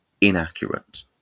inaccurate